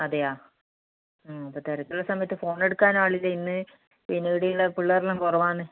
അതെയോ ഉം ഇപ്പോൾ തിരക്കുള്ള സമയത്ത് ഫോൺ എടുക്കാനും ആളില്ല ഇന്ന് പിന്നെ ഇവിടെ ഉള്ള പിള്ളേർ എല്ലാം കുറവാണ്